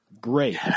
great